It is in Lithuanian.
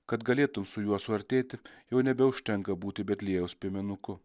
kad galėtum su juo suartėti jau nebeužtenka būti betliejaus piemenuku